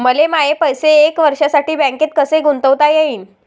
मले माये पैसे एक वर्षासाठी बँकेत कसे गुंतवता येईन?